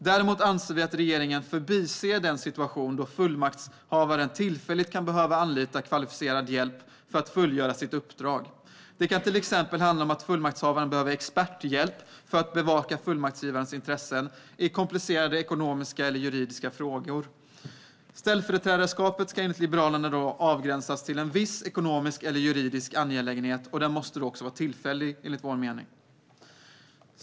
Däremot anser vi att regeringen förbiser den situation då fullmaktshavaren tillfälligt kan behöva anlita kvalificerad hjälp för att fullgöra sitt uppdrag. Det kan till exempel handla om att fullmaktshavaren behöver experthjälp för att bevaka fullmaktsgivarens intressen i komplicerade ekonomiska eller juridiska frågor. Ställföreträdarskapet ska enligt Liberalerna avgränsas till en viss ekonomisk eller juridisk angelägenhet, och det måste också vara tillfälligt.